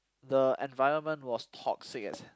the environment was toxic as